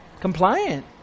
compliant